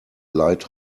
light